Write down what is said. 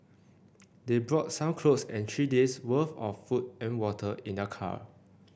they brought some clothes and three days' worth of food and water in their car